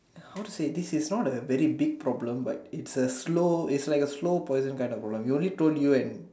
how to say this is not a very big problem but it's a slow it's like a slow poison kind of problem he only told you and